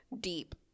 deep